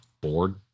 bored